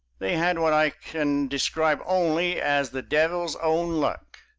they had what i can describe only as the devil's own luck.